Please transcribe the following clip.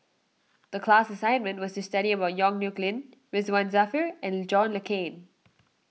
the class assignment was to study about Yong Nyuk Lin Ridzwan Dzafir and John Le Cain